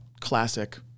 classic